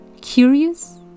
curious